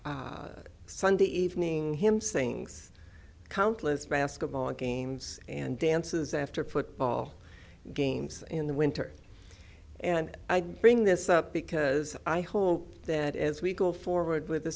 sunday evening him sayings countless basketball games and dances after football games in the winter and i bring this up because i hope that as we go forward with